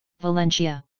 Valencia